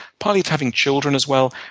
partly to having children as well,